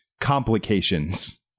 complications